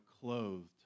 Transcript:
clothed